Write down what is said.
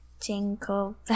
Jingle